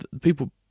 people